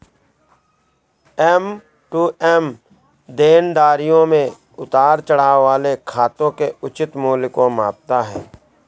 M to M देनदारियों में उतार चढ़ाव वाले खातों के उचित मूल्य को मापता है